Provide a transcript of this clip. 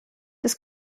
des